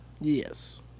Yes